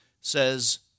says